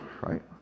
right